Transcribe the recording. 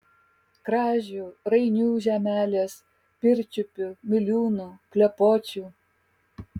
kražių rainių žemelės pirčiupių miliūnų klepočių